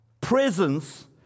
presence